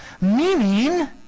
meaning